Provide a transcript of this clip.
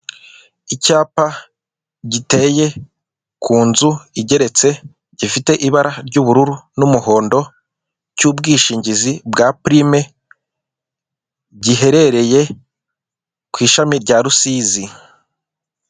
Icyapa giteye ku nzu igeretse, gifite ibara ry'ubururu n'umuhondo, cy'ubwishingizi bwa purime giherereye ku ishami rya Rusizi.